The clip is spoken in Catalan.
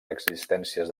existències